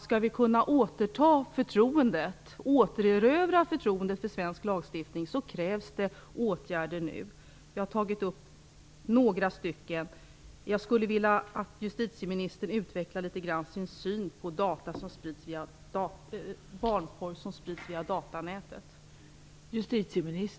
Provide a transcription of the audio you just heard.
Skall vi kunna återerövra förtroendet för svensk lagstiftning krävs det åtgärder nu. Jag har tagit upp några. Jag skulle vilja att justitieministern utvecklade sin syn på att barnpornografi sprids via datanätet.